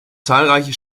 zahlreiche